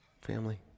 family